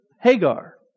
Hagar